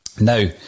Now